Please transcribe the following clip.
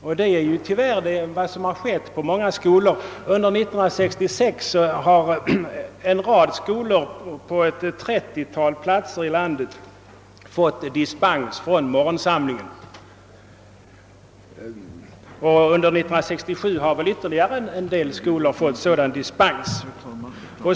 Men det är tyvärr vad som skett på sina håll. Under år 1966 har en rad skolor på ett trettiotal platser i landet fått dispens från morgonsamlingen, och under år 1967 har väl ytterligare en del skolor fått det.